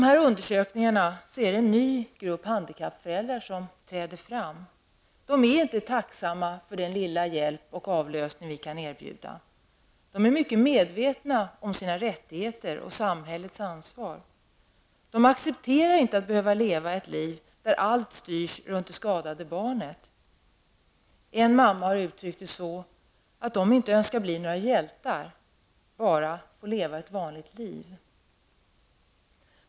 I dessa undersökningar är det en ny grupp handikappföräldrar som träder fram. Dessa föräldrar är inte tacksamm för den lilla hjälp och avlösning som erbjuds dem. De är mycket medvetna om sina rättigheter och samhällets ansvar. De accepterar inte att behöva leva ett liv där allt styrs runt det skadade barnet. En mamma har uttryckt det så, att dessa föräldrar inte önskar bli några hjältar, bara att leva ett vanligt liv.